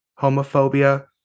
homophobia